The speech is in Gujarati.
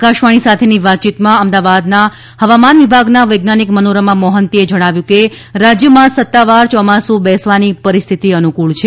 આકાશવાણી સાથેની વાતચીતમાં અમદાવાદના હવામાન વિભાગના વૈજ્ઞાનિક મનોરમા મોહન્તીએ જણાવ્યું કે રાજ્યમાં સત્તાવાર ચોમાસુ બેસવાની પરિસ્થિતિ અનુકુળ છે